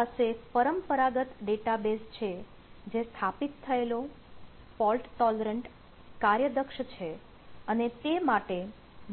આપણી પાસે પરંપરાગત ડેટાબેઝ છે જે સ્થાપિત થયેલો ફોલ્ટ ટોલરન્ટ કાર્યદક્ષ છે અને તે માટે